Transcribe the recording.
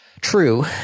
True